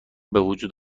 بوجود